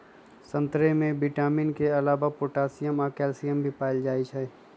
संतरे में विटामिन के अलावे पोटासियम आ कैल्सियम भी पाएल जाई छई